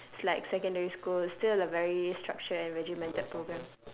it's like secondary school still a very structured and regimented program